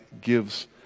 gives